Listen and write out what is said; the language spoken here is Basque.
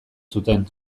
zuten